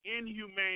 inhumane